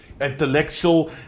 Intellectual